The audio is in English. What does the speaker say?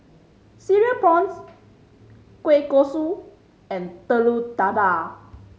Cereal Prawns kueh kosui and Telur Dadah